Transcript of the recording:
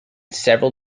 several